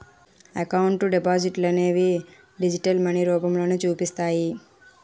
account డిపాజిట్లనేవి digital money రూపంలో చూపిస్తాయి